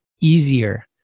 easier